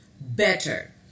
better